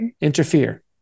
Interfere